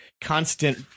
constant